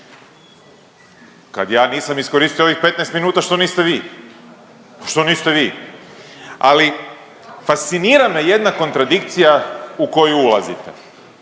Kad ja nisam iskoristio ovih 15 minuta, što niste vi. Što niste vi? Ali fascinira me jedna kontradikcija u koju ulazite.